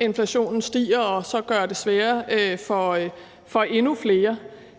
inflationen netop stiger, og så gør det sværere for endnu flere.